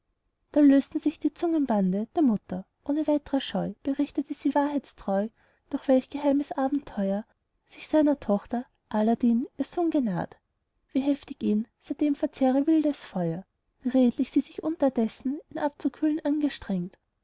da lösten sich die zungenbande der mutter ohne weitre scheu berichtete sie wahrheitstreu durch welch geheimes abenteuer sich seiner tochter aladdin ihr sohn genaht wie heftig ihn seitdem verzehre wildes feuer wie redlich sie sich unterdessen ihn abzukühlen angestrengt